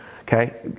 okay